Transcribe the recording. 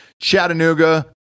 chattanooga